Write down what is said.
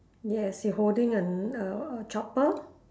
yes he holding an err a chopper